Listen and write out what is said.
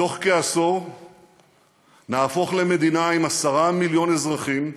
בתוך כעשור נהפוך למדינה עם 10 מיליון אזרחים,